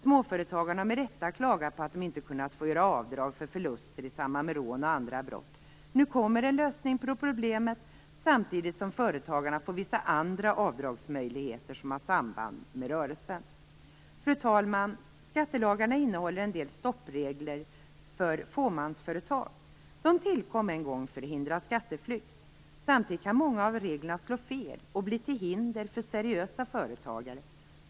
Småföretagarna har med rätta klagat på att de inte fått göra avdrag för förluster i samband med rån och andra brott. Nu kommer en lösning på problemet, samtidigt som företagarna får vissa andra avdragsmöjligheter som har samband med rörelsen. Fru talman! Skattelagarna innehåller en del stoppregler för fåmansföretag. De tillkom en gång för att hindra skatteflykt. Samtidigt kan många av reglerna slå fel och bli till hinder för seriösa företagare.